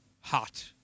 hot